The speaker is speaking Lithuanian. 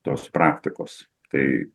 tos praktikos tai